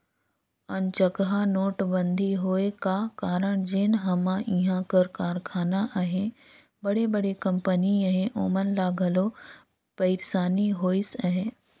अनचकहा नोटबंदी होए का कारन जेन हमा इहां कर कारखाना अहें बड़े बड़े कंपनी अहें ओमन ल घलो पइरसानी होइस अहे